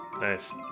Nice